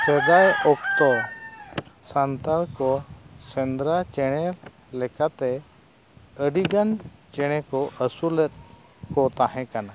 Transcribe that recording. ᱥᱮᱫᱟᱭ ᱚᱠᱛᱚ ᱥᱟᱱᱛᱟᱲ ᱠᱚ ᱥᱮᱸᱫᱽᱨᱟ ᱪᱮᱬᱮ ᱞᱮᱠᱟᱛᱮ ᱟᱹᱰᱤ ᱜᱟᱱ ᱪᱮᱬᱮ ᱠᱚ ᱟᱹᱥᱩᱞᱮᱫ ᱠᱚ ᱛᱟᱦᱮᱸ ᱠᱟᱱᱟ